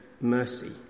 mercy